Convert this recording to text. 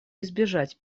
избежать